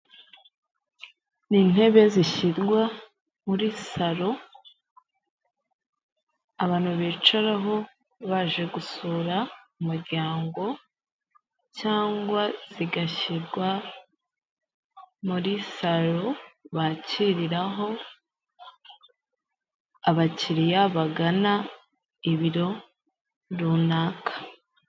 Ni intebe zishyirwa muri saro abantu bicararaho baje gusura umuryango cyangwa zigashyirwa muri saroo bakiriraho abakiriya bagana ibiro runaka.